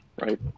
Right